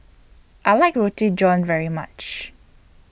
I like Roti John very much